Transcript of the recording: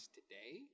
today